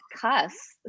cuss